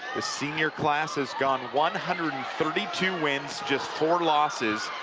the senior class has gone one hundred and thirty two wins, just four losses